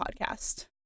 podcast